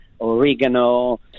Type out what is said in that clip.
oregano